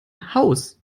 haus